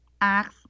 ask